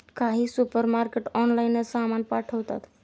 काही सुपरमार्केट ऑनलाइनच सामान पाठवतात